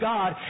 God